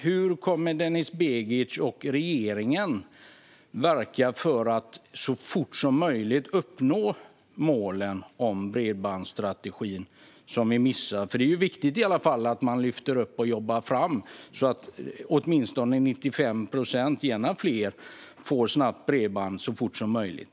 Hur kommer Denis Begic och regeringen att verka för att så fort som möjligt uppnå de mål i bredbandsstrategin som vi missar? Det är viktigt att man lyfter upp och jobbar fram detta så att åtminstone 95 procent, men gärna fler, får snabbt bredband så fort som möjligt.